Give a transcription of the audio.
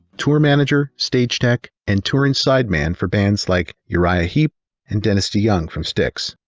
tour manager, stage tech and touring side man for bands like uriah heep and dennis deyoung from styx.